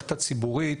המערכת הציבורית,